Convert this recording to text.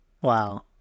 Wow